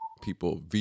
people